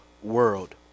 World